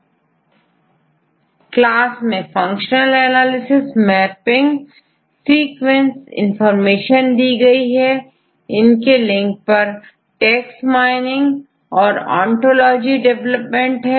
iProक्लास में functional analysis mapping sequent information दी गई है इनके लिंक परtext mining और ओंटोलॉजी डेवलपमेंट है